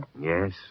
Yes